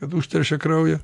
kad užteršia kraują